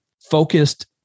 focused